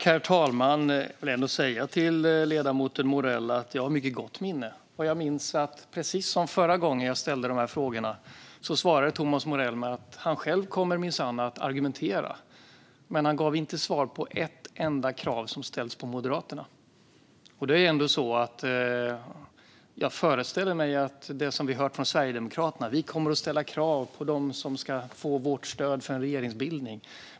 Herr talman! Jag vill ändå säga till ledamoten Morell att jag har ett mycket gott minne. Jag minns att precis som förra gången jag ställde de här frågorna svarade Thomas Morell med att han själv kommer minsann att argumentera. Men han gav inte svar på ett enda krav som ställs på Moderaterna. Jag föreställer mig att det vi hört från Sverigedemokraterna är: Vi kommer att ställa krav på dem som ska få vårt stöd för en regeringsbildning.